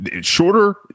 shorter